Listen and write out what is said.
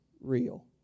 real